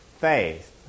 faith